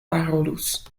parolus